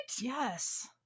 Yes